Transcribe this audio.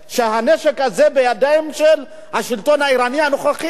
שהנשק הזה בידיים של השלטון האירני הנוכחי?